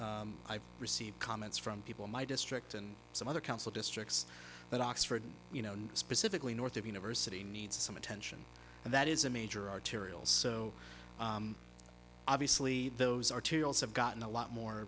i've received comments from people in my district and some other council districts that oxford you know specifically north of university needs some attention and that is a major arterials so obviously those arterials have gotten a lot more